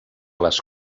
les